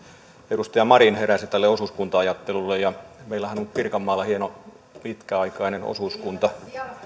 edustaja marin heräsi tälle osuuskunta ajattelulle meillähän on pirkanmaalla hieno pitkäaikainen osuuskunta